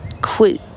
quit